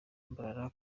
mbarara